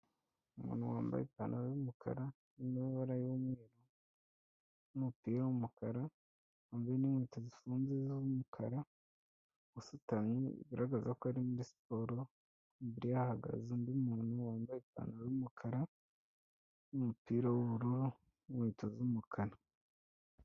Umuntu wambaye ipantaro y'umukara irimo amabara y'umweru n'umupira w'umukara, hamwe n'inkweto zifunze z'umukara usutamye. Bigaragara ko ari muri siporo, imbere hahagaze undi muntu wambaye ipantaro y'umukara n'umupira w'ubururu n'inkweto z'umukara.